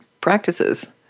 practices